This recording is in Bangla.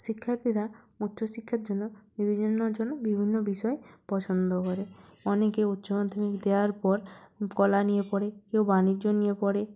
শিক্ষার্থীরা উচ্চশিক্ষার জন্য বিভিন্ন জনে বিভিন্ন বিষয় পছন্দ করে অনেকে উচ্চমাধ্যমিক দেওয়ার পর কলা নিয়ে পড়ে কেউ বানিজ্য নিয়ে পড়ে